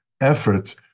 effort